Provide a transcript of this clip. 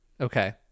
Okay